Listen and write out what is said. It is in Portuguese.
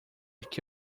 que